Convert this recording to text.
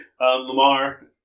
Lamar